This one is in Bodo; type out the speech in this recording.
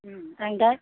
आं दा